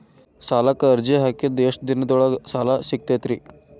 ಸಾಲಕ್ಕ ಅರ್ಜಿ ಹಾಕಿದ್ ಎಷ್ಟ ದಿನದೊಳಗ ಸಾಲ ಸಿಗತೈತ್ರಿ?